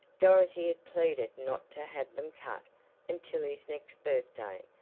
dorothy had pleaded not to have them cut until his next birthday,